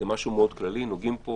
נוגעים פה